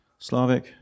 Slavik